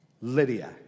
Lydia